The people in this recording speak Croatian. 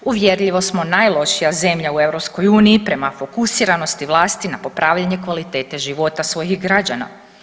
Uvjerljivo smo najlošija zemlja u EU prema fokusiranosti vlasti na popravljanje kvalitete života svojih građana.